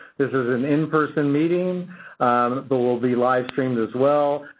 this is an in-person meeting will will be live-streamed, as well.